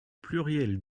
pluriel